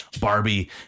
Barbie